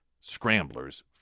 Scrambler's